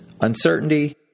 uncertainty